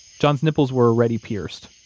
john's nipples were already pierced,